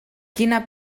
quina